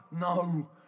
No